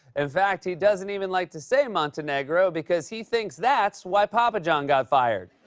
in fact, he doesn't even like to say montenegro because he thinks that's why papa john got fired.